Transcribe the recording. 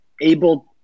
able